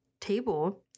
table